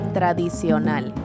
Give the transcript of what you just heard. tradicional